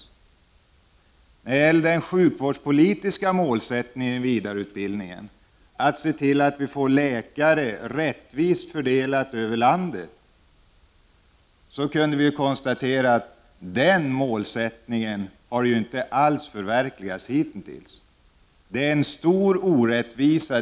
Vi kunde konstatera att den sjukvårdspolitiska mål Specialiseringssättningen i vidareutbildningen, att se till att vi får läkarresurser rättvist för VENStgarng för läkare delade över landet, inte alls har förverkligats hitintills. Det är en stor orättvisa.